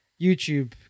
YouTube